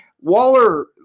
Waller